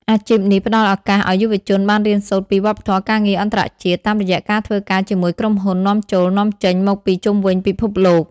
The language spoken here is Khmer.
អាជីពនេះផ្តល់ឱកាសឱ្យយុវជនបានរៀនសូត្រពីវប្បធម៌ការងារអន្តរជាតិ តាមរយៈការធ្វើការជាមួយក្រុមហ៊ុននាំចូល-នាំចេញមកពីជុំវិញពិភពលោក។